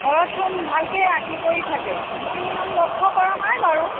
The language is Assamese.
ঘৰতচোন ভালকেই আঁকি কৰি থাকে মই ইমান লক্ষ্য কৰা নাই বাৰু